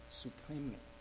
supremely